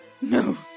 no